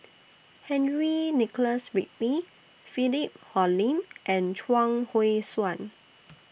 Henry Nicholas Ridley Philip Hoalim and Chuang Hui Tsuan